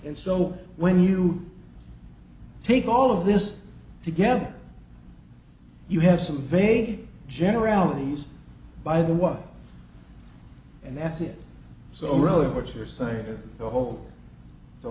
and so when you take all of this together you have some vague generalities by the water and that's it so really what you're saying the whole the